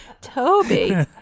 Toby